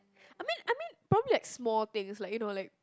I mean I mean probably like small things like you know like